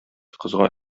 кызга